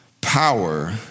power